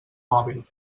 mòbil